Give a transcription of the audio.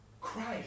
Christ